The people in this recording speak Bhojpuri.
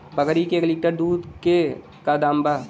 बकरी के एक लीटर दूध के का दाम बा?